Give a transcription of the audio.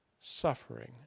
suffering